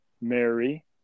Mary